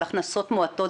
על הכנסות מועטות,